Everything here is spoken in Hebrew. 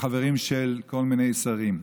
החברים של כל מיני שרים.